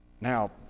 Now